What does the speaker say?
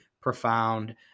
profound